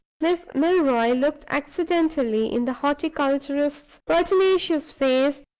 miss milroy looked accidentally in the horticulturist's pertinacious face,